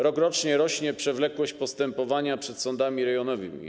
Rokrocznie rośnie przewlekłość postępowań przed sądami rejonowymi.